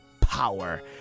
power